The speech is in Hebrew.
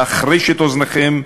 להחריש את אוזניכם,